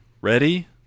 ready